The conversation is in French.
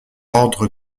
ordre